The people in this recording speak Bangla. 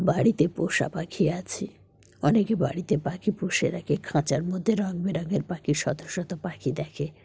বাড়িতে পোষা পাখি আছে অনেকে বাড়িতে পাখি পুষে রাখে খাঁচার মধ্যে রঙ বেরঙের পাখি শত শত পাখি দেখে